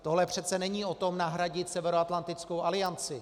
Tohle přece není o tom nahradit Severoatlantickou alianci.